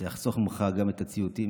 זה יחסוך ממך גם את הציוצים,